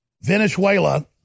Venezuela